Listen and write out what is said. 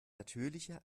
natürlicher